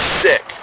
sick